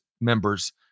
members